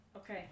Okay